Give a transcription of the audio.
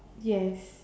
yes